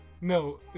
No